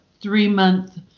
three-month